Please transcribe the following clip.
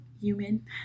human